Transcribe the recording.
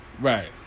Right